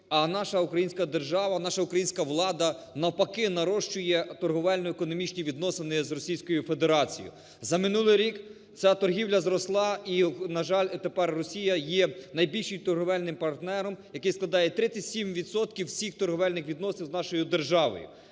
а наша українська держава, наша українська влада навпаки – нарощує торгівельно-економічні відносини з Російською Федерацією. За минулий рік ця торгівля зросла і, на жаль, тепер Росія є найбільшим торгівельним партнером, який складає 37 відсотків всіх торгівельних відносин з нашою державою.